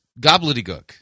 Gobbledygook